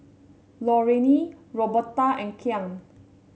Lorraine Roberta and Kyan